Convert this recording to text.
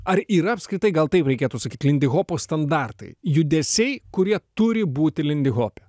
ar yra apskritai gal taip reikėtų sakyt lindihopo standartai judesiai kurie turi būti lindihope